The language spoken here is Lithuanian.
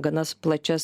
gana plačias